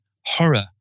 horror